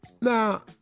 Now